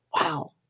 Wow